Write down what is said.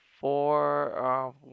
four